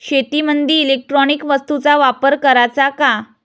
शेतीमंदी इलेक्ट्रॉनिक वस्तूचा वापर कराचा का?